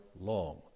long